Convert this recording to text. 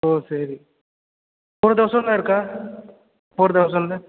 ஓ சரி ஃபோர் தௌசண்ட்டில் இருக்கா ஃபோர் தௌசண்ட்டில்